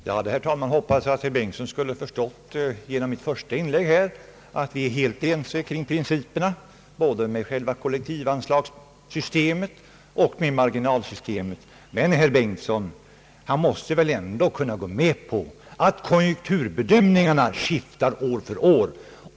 Herr talman! Jag hade hoppats att herr Bengtson av mitt första inlägg skulle ha förstått att vi är helt ense om principerna både vad gäller själva kollektivanslutningssystemet och marginalsystemet. Herr Bengtson måste väl ändå gå med på att konjunkturbedömningarna skiftar år från år.